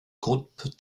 groupes